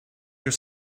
your